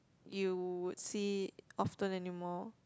you would see often anymore